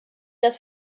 das